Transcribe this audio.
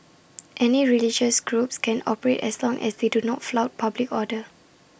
any religious groups can operate as long as they do not flout public order